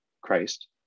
Christ